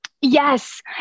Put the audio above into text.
Yes